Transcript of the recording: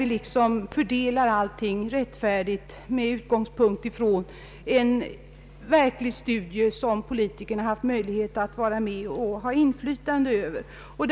Det måste ske en rättfärdig bedömning med utgångspunkt i en studie som politikerna fått öva inflytande över.